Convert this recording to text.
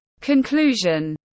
Conclusion